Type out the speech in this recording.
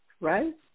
right